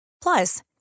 Plus